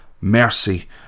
Mercy